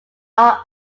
are